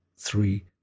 Three